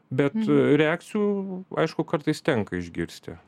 bet reakcijų aišku kartais tenka išgirsti